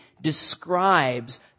describes